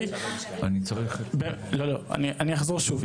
אחזור שוב,